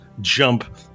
jump